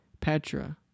Petra